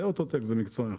זה אוטו-טק, במקצוע אחד.